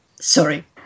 sorry